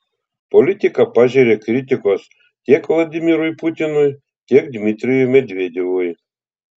politika pažėrė kritikos tiek vladimirui putinui tiek dmitrijui medvedevui